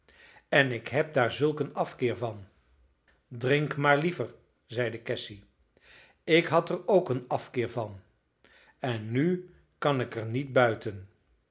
en ik heb daar zulk een afkeer van drink maar liever zeide cassy ik had er ook een afkeer van en nu kan ik er niet buiten